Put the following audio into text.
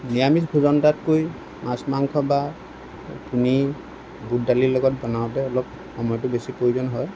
নিৰামিষ ভোজন এটাতকৈ মাছ মাংস বা পনিৰ বুট দালিৰ লগত বনাওঁতে অলপ সময়টো বেছি সময়টো অলপ বেছি প্ৰয়োজন হয়